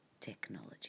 technology